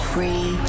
Free